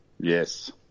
Yes